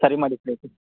ಸರಿ ಮಾಡಿಸಬೇಕು